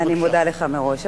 אני מודה לך מראש.